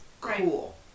cool